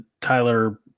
Tyler